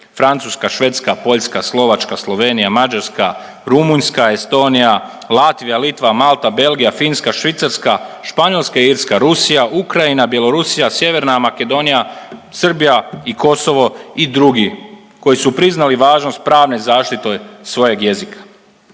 Francuska, Švedska, Poljska, Slovačka, Slovenija, Mađarska, Rumunjska, Estonija, Latvija, Litva, Malta, Belgija, Finska, Švicarska, Španjolska, Irska, Rusija, Ukrajina, Bjelorusija, Sjeverna Makedonija, Srbija i Kosovo i drugi koji su priznali važnost pravne zaštite svojeg jezika.